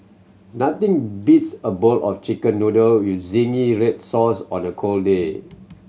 nothing beats a bowl of Chicken Noodle with zingy red sauce on a cold day